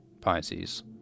Pisces